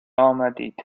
آمدید